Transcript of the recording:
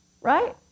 right